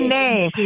name